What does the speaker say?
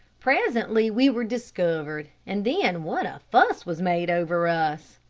presently we were discovered, and then what a fuss was made over us.